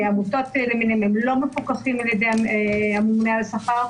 עמותות למיניהן לא מפוקחות על-ידי הממונה על השכר.